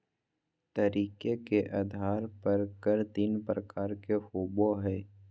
तरीके के आधार पर कर तीन प्रकार के होबो हइ